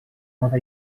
hora